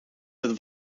met